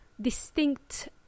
distinct